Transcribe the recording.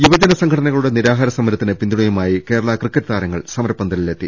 യുവജന സംഘടനകളുടെ നിരാഹാര സമരത്തിന് പിന്തുണ യുമായി കേരള ക്രിക്കറ്റ് താരങ്ങൾ സമരപ്പന്തലിലെത്തി